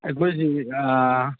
ꯑꯩꯈꯣꯏꯁꯤ